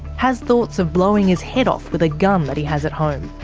has thoughts of blowing his head off with a gun that he has at home